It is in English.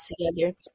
together